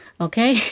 okay